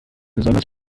besonders